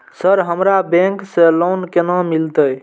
Sir हमरा bank से loan केना मिलते?